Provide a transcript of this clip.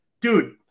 dude